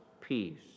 peace